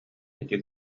ити